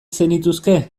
zenituzke